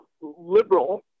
liberal